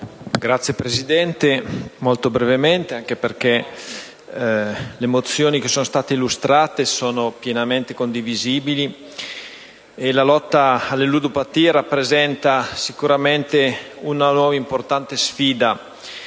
Signor Presidente, intervengo brevemente, anche perché le mozioni che sono state illustrate sono pienamente condivisibili. La lotta alle ludopatie rappresenta sicuramente un'importante sfida